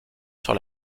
sur